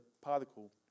particle